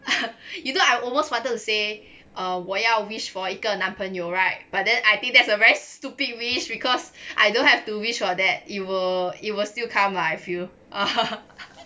you know I almost wanted to say orh 我要 wish for 一个男朋友 right but then I think that's a very stupid wish because I don't have to wish for that it will it will still come lah I feel